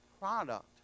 product